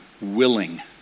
willing